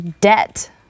debt